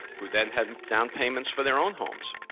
who then had and down payments for their own homes.